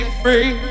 free